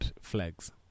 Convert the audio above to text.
flags